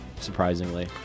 Surprisingly